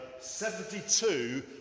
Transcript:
72